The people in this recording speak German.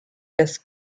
des